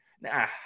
nah